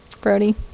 Brody